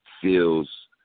feels